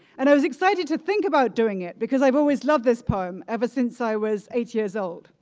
and i was excited to think about doing it because i've always loved this poem ever since i was eight years old.